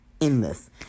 endless